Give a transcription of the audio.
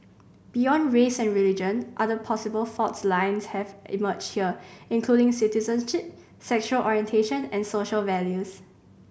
beyond race and religion other possible fault lines have emerged here including citizenship sexual orientation and social values